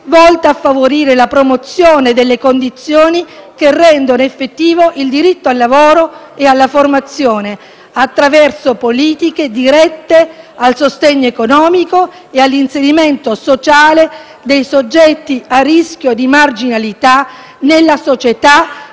volta a favorire la promozione delle condizioni che rendono effettivo il diritto al lavoro e alla formazione, attraverso politiche dirette al sostegno economico e all'inserimento sociale dei soggetti a rischio di marginalità, nella società